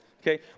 Okay